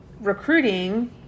recruiting